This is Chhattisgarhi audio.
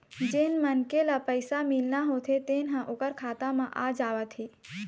जेन मनखे ल पइसा मिलना होथे तेन ह ओखर खाता म आ जावत हे